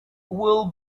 will